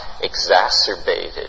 exacerbated